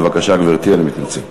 בבקשה, גברתי, אני מתנצל.